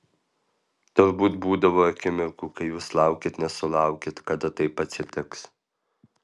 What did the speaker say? turbūt būdavo akimirkų kai jūs laukėt nesulaukėt kada taip atsitiks